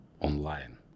online